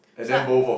so I